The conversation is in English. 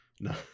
no